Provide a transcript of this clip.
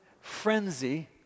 frenzy